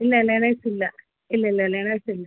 ഇല്ല ലേണേഴ്സില്ല ഇല്ലില്ല ലേണേഴ്സില്ല